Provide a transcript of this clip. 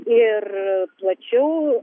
ir plačiau